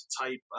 type